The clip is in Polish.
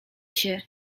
się